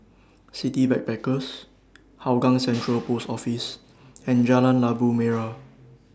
City Backpackers Hougang Central Post Office and Jalan Labu Merah